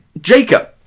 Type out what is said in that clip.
Jacob